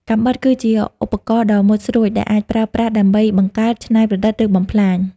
កាំបិត គឺជាឧបករណ៍ដ៏មុតស្រួចដែលអាចប្រើប្រាស់ដើម្បីបង្កើត ច្នៃប្រឌិត ឬបំផ្លាញ។